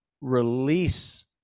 release